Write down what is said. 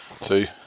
Two